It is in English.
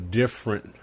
different